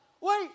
wait